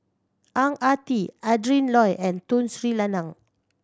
Ang Ah Tee Adrin Loi and Tun Sri Lanang